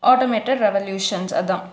automated revolutions அதான்